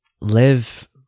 live